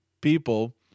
people